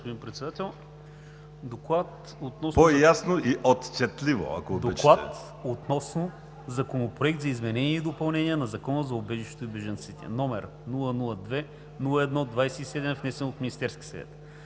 „ДОКЛАД относно Законопроект за изменение и допълнение на Закона за убежището и бежанците, № 002-01-27, внесен от Министерския съвет